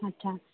अच्छा